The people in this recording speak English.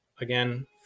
again